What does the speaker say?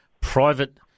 private